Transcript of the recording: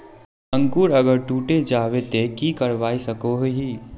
अंकूर अगर टूटे जाबे ते की करवा सकोहो ही?